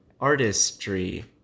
artistry